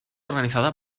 organizada